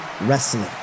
wrestling